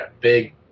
big